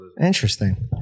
interesting